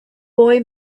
boy